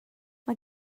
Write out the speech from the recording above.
mae